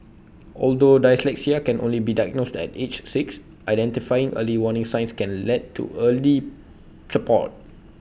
although dyslexia can only be diagnosed at age six identifying early warning signs can lead to earlier support